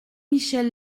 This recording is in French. michel